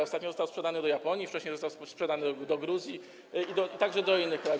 Ostatnio został sprzedany do Japonii, wcześniej został sprzedany do Gruzji, a także do innych krajów.